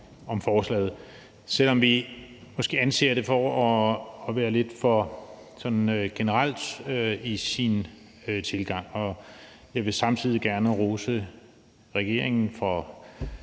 om forslaget, selv om vi måske anser det for at være lidt for generelt i sin tilgang. Jeg vil samtidig gerne rose regeringen for